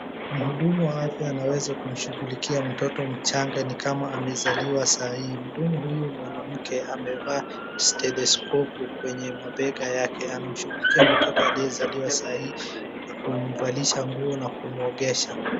Mhudumu wa afya anaweza kumshughulikia mtoto mchanga ni kama amezaliwa sahi. Mhudumu huyu mwanamke amevalia stedheskopu kwenye mabega yake. Anamshighulikia mtoto aliyezaliwa sahi, na kumavalisha nguo na kumuogesha.